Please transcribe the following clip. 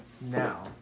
Now